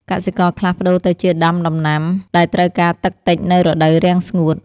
កសិករខ្លះប្តូរទៅដាំដំណាំដែលត្រូវការទឹកតិចនៅរដូវរាំងស្ងួត។